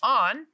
on